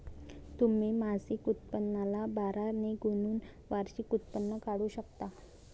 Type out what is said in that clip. तुम्ही मासिक उत्पन्नाला बारा ने गुणून वार्षिक उत्पन्न काढू शकता